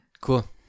Cool